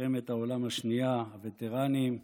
מלחמת העולם השנייה, הווטרנים,